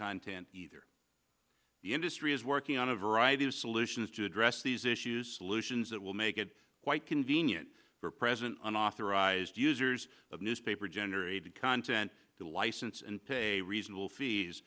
content either the industry is working on a variety of solutions to address these issues solutions that will make it quite convenient for present an authorized users of newspaper generated content to license a reasonable fees